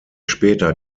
später